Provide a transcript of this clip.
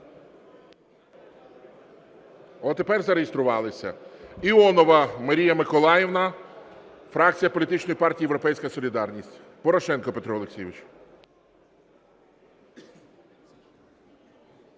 Тепер зареєструвались. Іонова Марія Миколаївна, фракція політичної партії "Європейська солідарність". Порошенко Петро Олексійович.